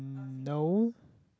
no